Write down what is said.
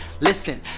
Listen